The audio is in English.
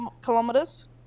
kilometers